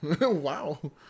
Wow